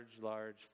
large